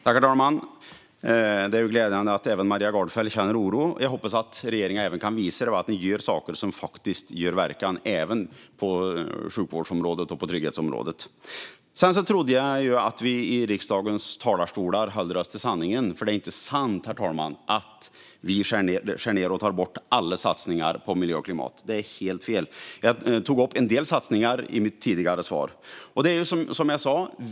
Herr talman! Det är glädjande att även Maria Gardfjell känner oro. Jag hoppas att även regeringen kan visa det och göra saker som faktiskt ger verkan även på sjukvårds och trygghetsområdena. Jag trodde att vi i riksdagens talarstolar skulle hålla oss till sanningen. Det är nämligen inte sant att vi skär ned på och tar bort alla satsningar på miljön och klimatet. Det är helt fel. Jag tog upp en del satsningar i mitt tidigare svar.